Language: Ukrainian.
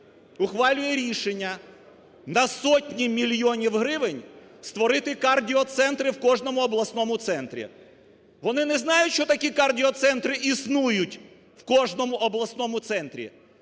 ухвалює рішення на сотні мільйонів гривень створити кардіоцентри в кожному обласному центрі. Вони не знають, що такі кардіоцентри існують в кожному обласному центрі,